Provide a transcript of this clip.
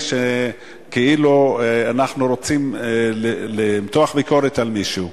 כאילו אנחנו רוצים למתוח ביקורת על מישהו.